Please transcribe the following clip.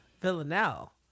Villanelle